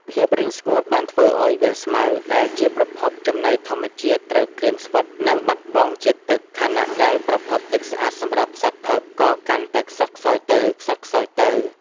ភាពរីងស្ងួតបានធ្វើឱ្យវាលស្មៅដែលជាប្រភពចំណីធម្មជាតិត្រូវក្រៀមស្វិត និងបាត់បង់ជាតិទឹក ខណៈដែលប្រភពទឹកស្អាតសម្រាប់សត្វផឹកក៏កាន់តែខ្សត់ខ្សោយទៅៗ។